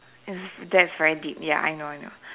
it's that's very deep ya I know I know